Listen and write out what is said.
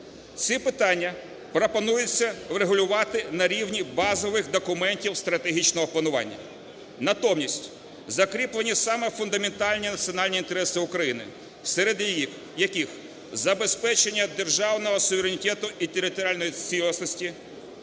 Ці питання пропонується врегулювати на рівні базових документів стратегічного планування. Натомість, закріплені саме фундаментальні національні інтереси України, в середині яких: забезпечення державного суверенітету і територіальної цілісності;